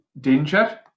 danger